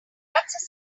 donuts